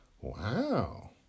Wow